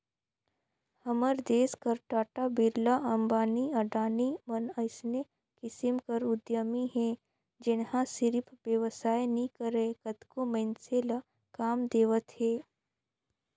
हमर देस कर टाटा, बिरला, अंबानी, अडानी मन अइसने किसिम कर उद्यमी हे जेनहा सिरिफ बेवसाय नी करय कतको मइनसे ल काम देवत हे